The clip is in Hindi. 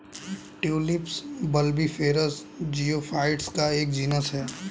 ट्यूलिप बल्बिफेरस जियोफाइट्स का एक जीनस है